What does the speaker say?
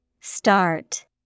Start